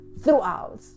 throughout